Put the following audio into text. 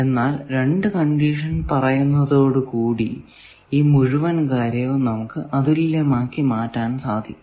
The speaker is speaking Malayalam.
എന്നാൽ രണ്ടു കണ്ടിഷൻ പറയുന്നതോടു കൂടി ഈ മുഴുവൻ കാര്യവും നമുക്ക് അതുല്യമാക്കി മാറ്റാൻ സാധിക്കും